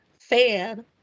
fan